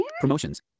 promotions